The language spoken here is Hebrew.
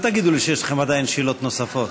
אל תגידו לי שיש לכם עדיין שאלות נוספות.